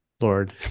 Lord